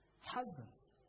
Husbands